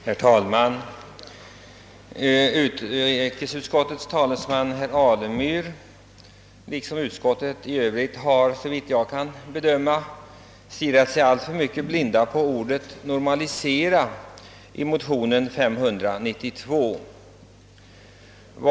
Herr talman! Utrikesutskottets talesman, herr Alemyr, liksom utskottet i övrigt har, såvitt jag kan bedöma, stirrat sig blind alltför mycket på ordet »normalisera» i motionen II: 592.